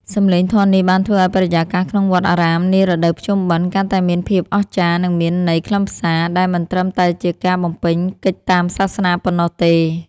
សម្លេងធម៌នេះបានធ្វើឱ្យបរិយាកាសក្នុងវត្តអារាមនារដូវភ្ជុំបិណ្ឌ កាន់តែមានភាពអស្ចារ្យ និងមានន័យខ្លឹមសារ ដែលមិនត្រឹមតែជាការបំពេញកិច្ចតាមសាសនាប៉ុណ្ណោះទេ។